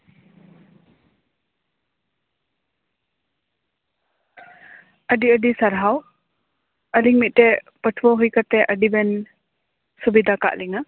ᱟᱹᱰᱤ ᱟᱹᱰᱤ ᱥᱟᱨᱦᱟᱣ ᱟᱹᱞᱤᱧ ᱢᱚᱫᱴᱮᱡ ᱯᱟᱹᱴᱷᱣᱟᱹ ᱦᱩᱭ ᱠᱟᱛᱮ ᱟᱹᱰᱤ ᱵᱮᱱ ᱥᱩᱵᱤᱫᱟ ᱠᱟᱜ ᱞᱤᱧᱟᱹ